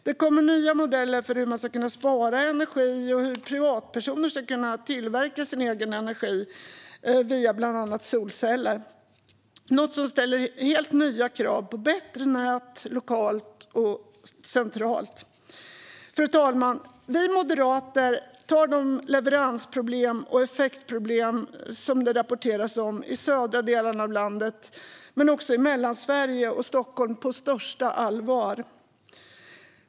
Det kommer nya modeller för hur man kan spara energi och hur privatpersoner kan tillverka sin egen energi via bland annat solceller. Det ställer helt nya krav på bättre nät, både lokalt och centralt. Fru talman! Vi moderater tar de leveransproblem och effektproblem som det rapporteras om i södra delen av landet men också i Mellansverige och Stockholm på största allvar.